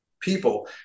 people